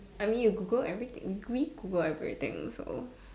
I mean you Google everything gree Google everything so